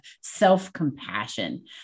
self-compassion